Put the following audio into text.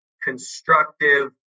constructive